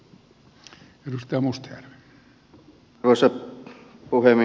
arvoisa puhemies